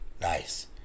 Nice